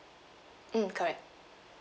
mm correct